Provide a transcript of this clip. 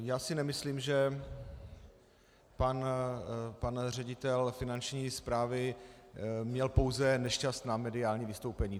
Já si nemyslím, že pan ředitel Finanční správy měl pouze nešťastná mediální vystoupení.